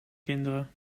kinderen